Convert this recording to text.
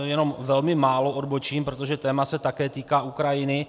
Jenom velmi málo odbočím, protože téma se také týká Ukrajiny.